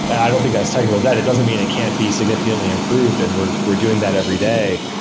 i don't think that's technical debt. it doesn't mean it can't be signifi cantly improved, and we're we're doing that every day.